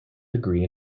degree